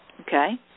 Okay